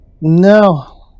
No